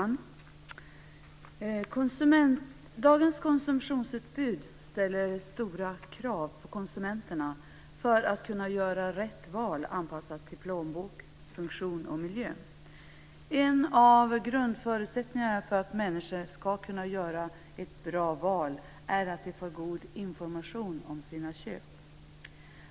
Fru talman! Dagens konsumtionsutbud ställer stora krav på konsumenterna för att de ska kunna göra rätt val anpassat till plånbok, funktion och miljö. En av grundförutsättningarna för att människor ska kunna göra ett bra val är att de får god information inför sina köp.